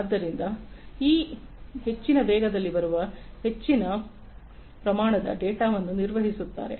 ಆದ್ದರಿಂದ ಅವರು ಹೆಚ್ಚಿನ ವೇಗದಲ್ಲಿ ಬರುವ ಹೆಚ್ಚಿನ ಪ್ರಮಾಣದ ಡೇಟಾವನ್ನು ನಿರ್ವಹಿಸುತ್ತಾರೆ